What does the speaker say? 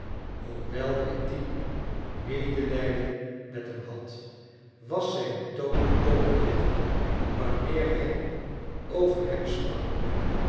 hoewel hij diep medelijden met hem had was zijn toon toch bitter wanneer hij over hem sprak